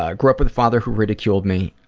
ah grew up with a father who ridiculed me,